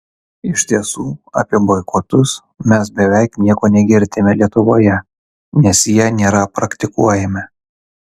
iš tiesų apie boikotus mes beveik nieko negirdime lietuvoje nes jie nėra praktikuojami